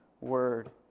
Word